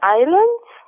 islands